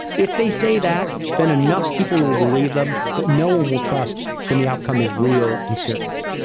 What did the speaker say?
if they say that, then enough people will believe them, that no one will trust when the outcome is real and serious.